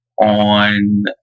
on